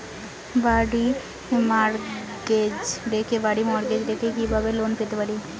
বাড়ি মর্টগেজ রেখে কিভাবে লোন পেতে পারি?